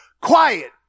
quiet